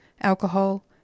alcohol